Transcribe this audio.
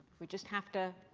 we just have to